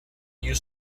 you